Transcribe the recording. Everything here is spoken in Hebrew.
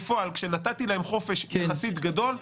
כשנתתי להם חופש יחסית גדול,